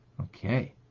okay